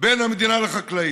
בין המדינה לחקלאים.